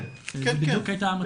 כן, כן.